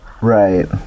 right